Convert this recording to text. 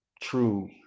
true